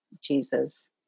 Jesus